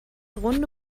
runde